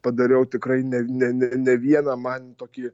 padariau tikrai ne ne ne ne vieną man tokį